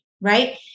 right